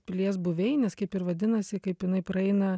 pilies buveinės kaip ir vadinasi kaip jinai praeina